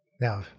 Now